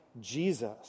Jesus